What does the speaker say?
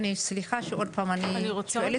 שוב,